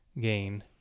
gain